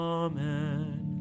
amen